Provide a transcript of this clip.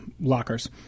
lockers